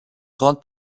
grande